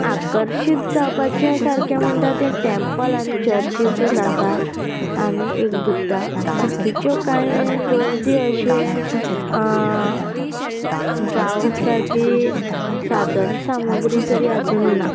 आकर्शीत जावपाचे सारकें म्हणटा तें टेम्पल आनी चर्चीसूच आसा आनी एक बुद्दा बाकीच्यो कांय गर्दी अशें जांव सारकी साधन सामग्री तरी आजून ना